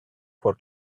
for